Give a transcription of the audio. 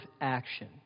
action